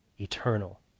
eternal